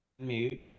Mute